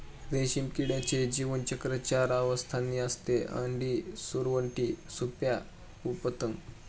रेशीम किड्याचे जीवनचक्र चार अवस्थांचे असते, अंडी, सुरवंट, प्युपा व पतंग